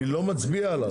אני לא מצביע עליו.